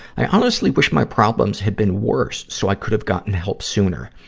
i honestly wish my problems had been worse so i could have gotten help sooner.